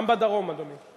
גם בדרום, אדוני.